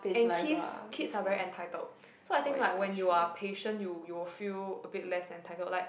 and kiss kids are very entitled so I think like when you're patient you you'll feel a bit less entitled like